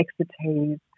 expertise